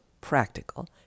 practical